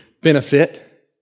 benefit